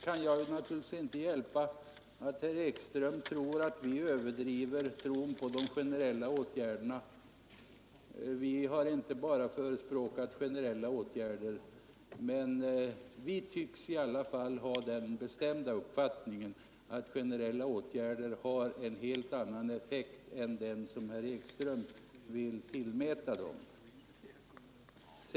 Jag kan naturligtvis inte hjälpa att herr Ekström anser att vi överdriver — Nr 140 tron på de generella åtgärderna. Vi har inte bara förespråkat generella Onsdagen den åtgärder, men vi har den bestämda uppfattningen att generella åtgärder 13 december 1972 får en helt annan effekt än den som herr Ekström vill tillmäta dem.